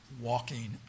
walking